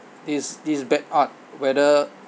this this bad art whether